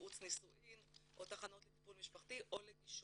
לייעוץ נישואין או לתחנות לטיפול משפחתי או לגישור.